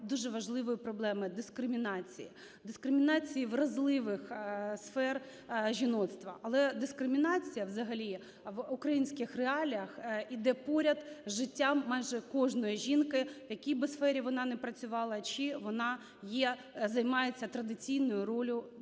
дуже важливої проблеми – дискримінації, дискримінації вразливих сфер жіноцтва. Але дискримінація взагалі в українських реаліях йде поряд з життям майже кожної жінки, в якій би сфері вона не працювала, чи вона є, займається традиційною роллю